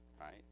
right